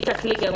מיקה קליגר,